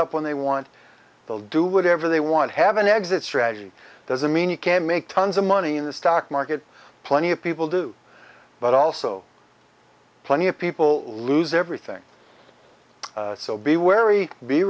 up when they want they'll do whatever they want have an exit strategy doesn't mean you can make tons of money in the stock market plenty of people do but also plenty of people lose everything so be wary be